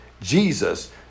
Jesus